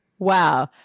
Wow